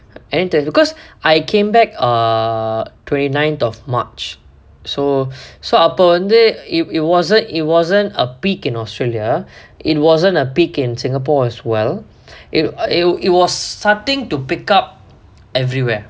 என்ட:enta because I came back err twenty ninth of march so so அப்ப வந்து:appa vanthu it wasn't it wasn't a peak in australia it wasn't a peak in singapore as well it it was starting to pick up everywhere